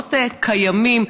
הפתרונות קיימים.